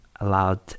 allowed